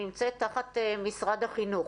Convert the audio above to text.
נמצאת תחת משרד החינוך